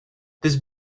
this